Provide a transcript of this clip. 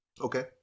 Okay